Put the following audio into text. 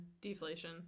Deflation